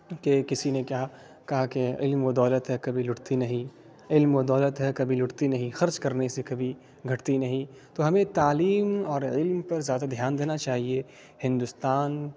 کہ کسی نے کہا کہا کہ علم وہ دولت ہے کبھی لٹتی نہیں علم وہ دولت ہے کبھی لٹتی نہیں خرچ کرنے سے کبھی گھٹتی نہیں تو ہمیں تعلیم اور علم پہ زیادہ دھیان دینا چاہیے ہندوستان